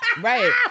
Right